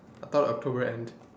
I thought october end